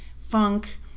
funk